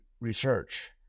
research